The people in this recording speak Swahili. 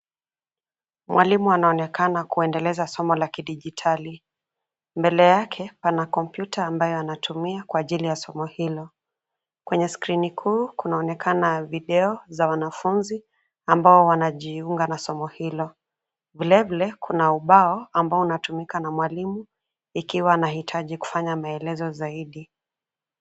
Mwalimu anaonekana kuendeleza somo la kidigitali. Mbele yake kuna kompyuta ambayo anatumia kwa akili ya somo hilo. Kwenye skrini kuu kunaonekana video za wanafunzi ambao wamejiunga na somo hilo. Vilevile, kuna ubao ambao unatumika na mwalimu, ikiwa na hitaji la kufanya maelezo zaidi.